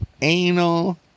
Anal